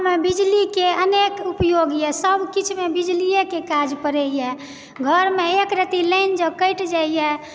गाँमे बिजलीके अनेक उपयोग येए सब किछुमे बिजलीयेके काज पड़ैए घरमे एकरत्ती लाइन जँ कटि जाइए